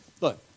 Look